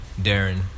Darren